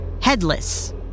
headless